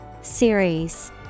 Series